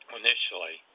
initially